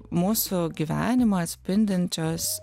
mūsų gyvenimą atspindinčios